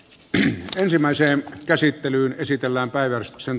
yhtä ensimmäiseen käsittelyyn esitellään päivän sen